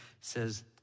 says